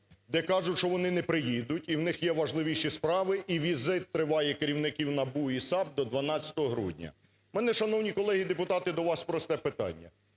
де кажуть, що вони не приїдуть і в них є важливіші справи, і візит триває керівників НАБУ і САП до 12 грудня. В мене, шановні колеги депутати, до вас просте питання